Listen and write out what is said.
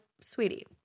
sweetie